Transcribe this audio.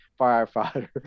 Firefighter